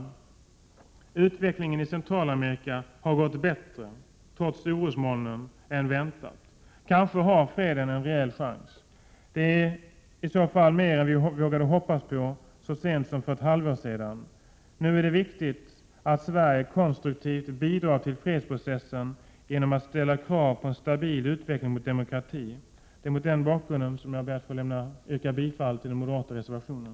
Utvecklingen i Centralamerika har, trots orosmolnen, gått bättre än väntat. Kanske har freden en rejäl chans. Det är i så fall mer än vi vågade hoppas på så sent som för ett halvår sedan. Nu är det viktigt att Sverige konstruktivt bidrar till fredsprocessen genom att ställa krav på en stabil utveckling mot demokrati. Det är mot den bakgrunden som jag ber att få yrka bifall till den moderata reservationen.